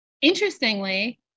Interestingly